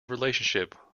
relationship